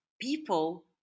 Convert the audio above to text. people